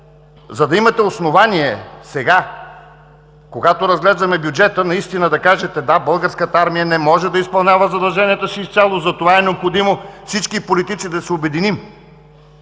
за да имате основание сега, когато разглеждаме бюджета, наистина да кажете: да, Българската армия не може да изпълнява задълженията си изцяло. Затова е необходимо всички политици да се обединим,